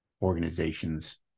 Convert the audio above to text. Organizations